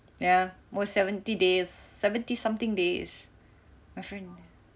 ya more seventy days seventy something days my friend